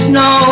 no